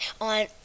on